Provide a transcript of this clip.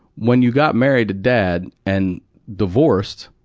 when you got married to dad and divorced,